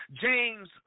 James